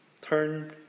Turn